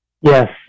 Yes